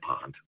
pond